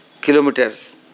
kilometers